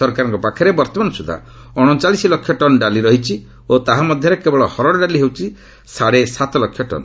ସରକାରଙ୍କ ପାଖରେ ବର୍ତ୍ତମାନ ସୁଦ୍ଧା ଅଣଚାଳିଶ ଲକ୍ଷ ଟନ୍ ଡାଲି ରହିଛି ଓ ତାହା ମଧ୍ୟରେ କେବଳ ହରଡ ଡାଲି ହେଉଛି ସାଢ଼େ ସାତ ଲକ୍ଷ ଟନ୍